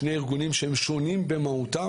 שני ארגונים ששונים במהותם,